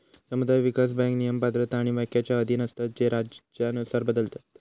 समुदाय विकास बँक नियम, पात्रता आणि व्याख्येच्या अधीन असतत जे राज्यानुसार बदलतत